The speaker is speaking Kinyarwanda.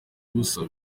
ubusa